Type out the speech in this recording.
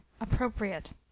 APPROPRIATE